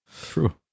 True